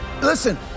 Listen